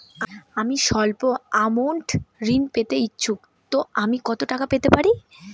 আমি সল্প আমৌন্ট ঋণ নিতে ইচ্ছুক তো আমি কত টাকা পেতে পারি?